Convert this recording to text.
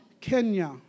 Kenya